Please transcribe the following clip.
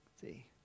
See